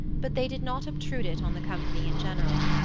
but they did not obtrude it on the company in general.